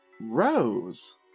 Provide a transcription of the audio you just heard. rose